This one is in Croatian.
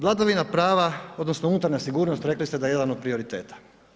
Vladavina prava odnosno unutarnja sigurnosti rekli ste da je jedan od prioriteta.